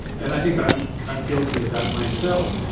and i think i'm i'm guilty of that myself.